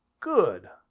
good!